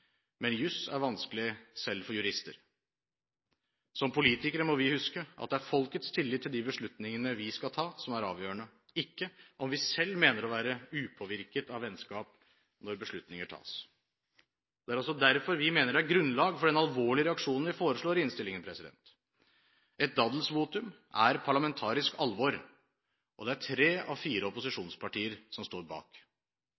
men jus er vanskelig, selv for jurister. Som politikere må vi huske at det er folkets tillit til de beslutningene vi skal ta, som er avgjørende, ikke om vi selv mener å være upåvirket av vennskap når beslutninger tas. Det er også derfor vi mener det er grunnlag for den alvorlige reaksjonen vi foreslår i innstillingen. Et daddelvotum er parlamentarisk alvor, og det er tre av fire